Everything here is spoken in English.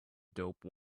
dope